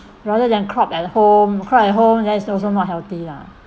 rather than coop at home coop at home that's also not healthy lah